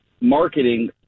marketing